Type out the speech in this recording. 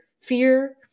fear